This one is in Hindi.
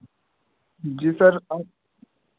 जी सर आप